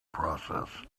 process